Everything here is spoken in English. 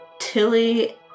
Tilly